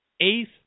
Eighth